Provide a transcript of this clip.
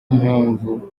mpamvu